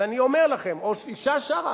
אז אני אומר לכם: אשה שרה,